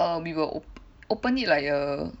err we will op~ open it like a